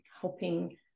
helping